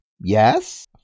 yes